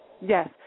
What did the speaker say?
Yes